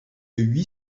huit